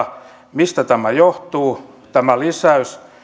mistä tämä lisäys johtuu